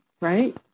right